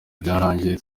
byarangiye